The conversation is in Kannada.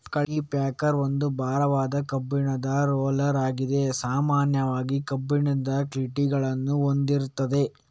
ಕಲ್ಟಿ ಪ್ಯಾಕರ್ ಒಂದು ಭಾರವಾದ ಕಬ್ಬಿಣದ ರೋಲರ್ ಆಗಿದ್ದು ಸಾಮಾನ್ಯವಾಗಿ ಕಬ್ಬಿಣದ ಕ್ಲೀಟುಗಳನ್ನ ಹೊಂದಿರ್ತದೆ